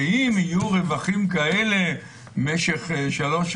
ואם יהיו רווחים כאלה משך שלוש,